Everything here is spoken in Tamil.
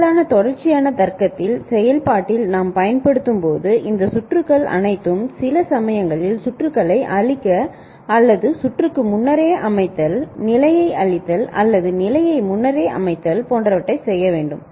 சிக்கலான தொடர்ச்சியான தர்க்கத்தில் செயல்பாட்டில் நாம் பயன்படுத்தும் போது இந்த சுற்றுகள் அனைத்தும் சில சந்தர்ப்பங்களில் சுற்றுகளை அழிக்க அல்லது சுற்றுக்கு முன்னரே அமைத்தல் நிலையை அழித்தல் அல்லது நிலையை முன்னரே அமைத்தல் போன்றவற்றை செய்ய வேண்டும்